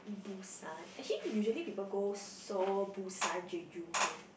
busan actually usually people go Seoul Busan Jeju then